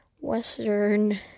Western